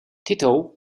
tito